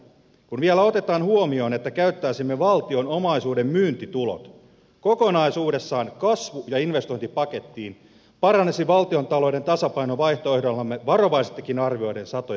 kun vielä otetaan huomioon että käyttäisimme valtion omaisuuden myyntitulot kokonaisuudessaan kasvu ja investointipakettiin paranisi valtiontalouden tasapaino vaihtoehdollamme varovaisestikin arvioiden satoja miljoonia